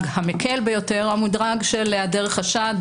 המקל ביותר הוא של היעדר חשד,